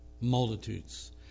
Multitudes